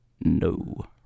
No